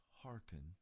hearken